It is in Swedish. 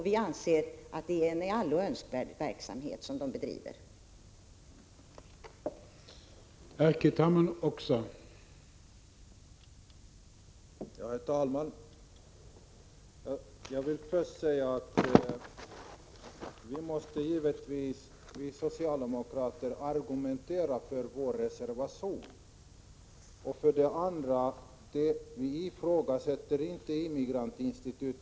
Vi anser att det är en i allo önskvärd verksamhet som Immigrantinstitutet bedriver.